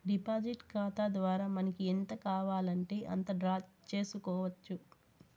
deposit ఖాతా ద్వారా మనకి ఎంత కావాలంటే అంత డ్రా చేసుకోవచ్చు